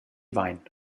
vain